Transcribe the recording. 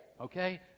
okay